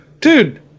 dude